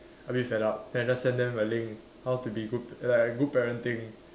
a bit fed up then I just send them a link how to be good like good parenting